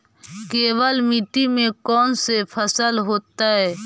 केवल मिट्टी में कौन से फसल होतै?